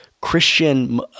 Christian